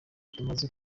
tumaze